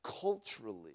culturally